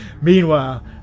Meanwhile